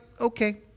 Okay